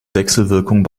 wechselwirkung